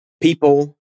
people